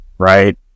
Right